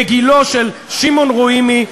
בגילו של שמעון רוימי,